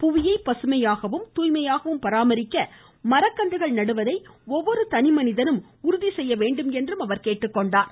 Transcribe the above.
புவியை பசுமையாகவும் தூய்மையாகவும் பராமரிக்க மரக்கன்றுகள் நடுவதை ஒவ்வொரு தனி மனிதனும் உறுதி செய்ய வேண்டும் என்று கூறினார்